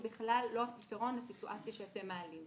היא בכלל לא הפתרון לסיטואציה שאתם מעלים,